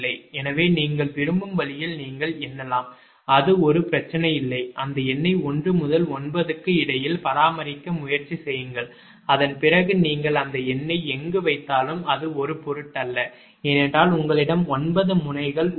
எனவே நீங்கள் விரும்பும் வழியில் நீங்கள் எண்ணலாம் அது ஒரு பிரச்சனை இல்லை அந்த எண்ணை 1 முதல் 9 க்கு இடையில் பராமரிக்க முயற்சி செய்யுங்கள் அதன் பிறகு நீங்கள் அந்த எண்ணை எங்கு வைத்தாலும் அது ஒரு பொருட்டல்ல ஏனென்றால் உங்களிடம் 9 முனை வலது உள்ளது